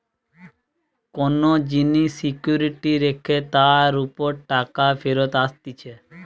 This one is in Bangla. কোন জিনিস সিকিউরিটি রেখে তার উপর টাকা ফেরত আসতিছে